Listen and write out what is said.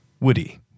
Woody